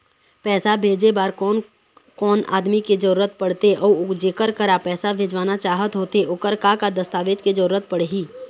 पैसा भेजे बार कोन कोन आदमी के जरूरत पड़ते अऊ जेकर करा पैसा भेजवाना चाहत होथे ओकर का का दस्तावेज के जरूरत पड़ही?